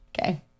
Okay